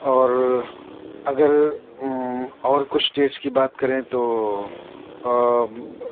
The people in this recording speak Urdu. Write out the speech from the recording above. اور اگر اور کچھ ڈیٹس کی بات کریں تو